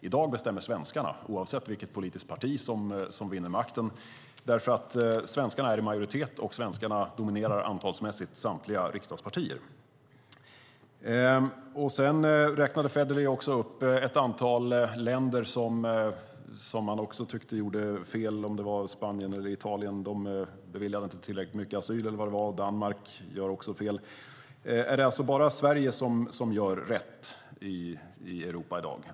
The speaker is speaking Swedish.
I dag bestämmer svenskarna oavsett vilket politiskt parti som vinner makten, för svenskarna är i majoritet och svenskarna dominerar antalsmässigt samtliga riksdagspartier. Sedan räknade Federley upp ett antal länder som han tyckte gjorde fel. Spanien, eller om det var Italien, beviljar inte tillräckligt mycket asyl eller vad det nu var. Danmark gör också fel, tydligen. Är det alltså bara Sverige som gör rätt i Europa i dag?